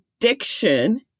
addiction